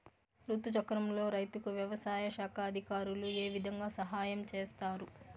రుతు చక్రంలో రైతుకు వ్యవసాయ శాఖ అధికారులు ఏ విధంగా సహాయం చేస్తారు?